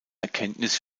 erkenntnisse